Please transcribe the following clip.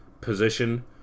position